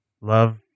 love